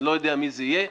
אני לא יודע מי זה יהיה,